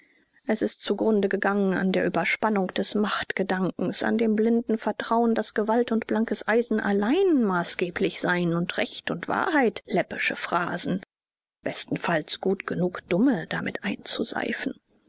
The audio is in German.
es ist zugrunde gegangen an der überspannung des machtgedankens an dem blinden vertrauen daß gewalt und blankes eisen allein maßgeblich seien und recht und wahrheit läppische phrasen bestenfalls gut genug dumme damit einzuseifen